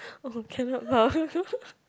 oh cannot laugh